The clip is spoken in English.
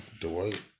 Dwight